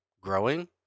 growing